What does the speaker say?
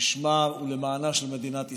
בשמה ולמענה של מדינת ישראל.